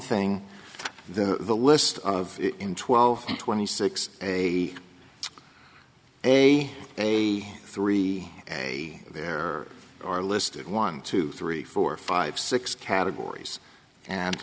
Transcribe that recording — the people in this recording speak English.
thing the list of twelve twenty six a a a three a there are listed one two three four five six categories and